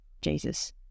Jesus